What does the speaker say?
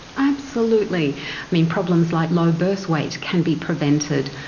absolutely. i mean, problems like low birth weight can be prevented.